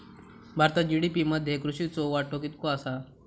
भारतात जी.डी.पी मध्ये कृषीचो वाटो कितको आसा?